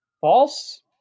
false